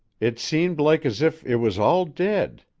it seemed like as if it was all dead.